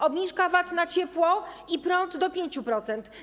Obniżka VAT na ciepło i prąd - do 5%.